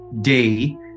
day